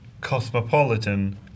cosmopolitan